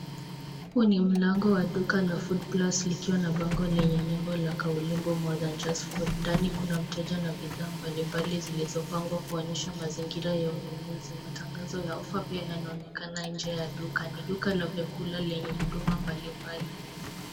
Huu ni mlango wa duka la Food Plus likiwa na bango lenye nembo la kauli More than Just Food . Ndani kuna mteja na bidhaa mbalimbali zilizopangwa kuonyesha mazingira ya ununuzi. Matangazo ya ofa pia yanaonekana nje ya duka. Ni duka la vyakula lenye huduma mbalimbali.